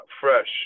fresh